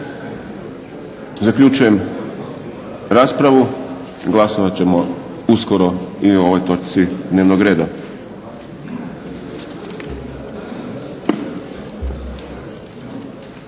Zaključujem raspravu. Glasovat ćemo uskoro i o ovoj točci dnevnog reda.